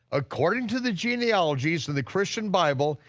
according to the genealogies in the christian bible,